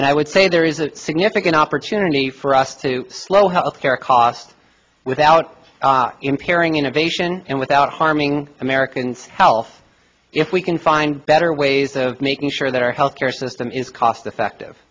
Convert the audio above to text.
and i would say there is a significant opportunity for us to slow health care cost without impairing innovation and without harming americans health if we can find better ways of making sure that our health care system is cost effective